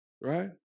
right